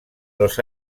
los